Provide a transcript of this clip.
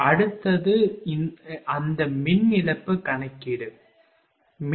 அடுத்தது அந்த மின் இழப்பு கணக்கீடு சரியா